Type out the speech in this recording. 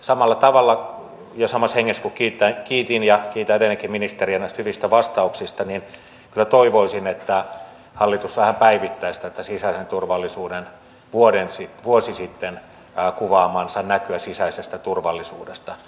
samalla tavalla ja samassa hengessä kuin kiitin ja kiitän edelleenkin ministeriä näistä hyvistä vastauksista kyllä toivoisin että hallitus vähän päivittäisi tätä vuosi sitten kuvaamaansa näkyä sisäisestä turvallisuudesta